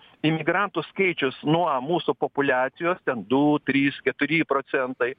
imigrantų skaičius nuo mūsų populiacijos ten du trys keturi procentai